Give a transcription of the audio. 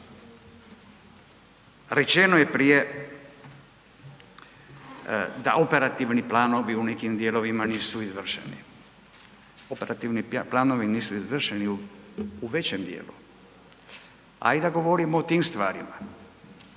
rečeno je prije da operativni planovi u nekim dijelovima nisu izvršeni, operativni planovi nisu izvršeni u većim dijelu. Ajde da govorimo o tim stvarima